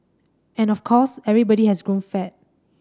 and of course everybody has grown fat